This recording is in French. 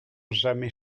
jamais